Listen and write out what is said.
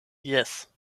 yes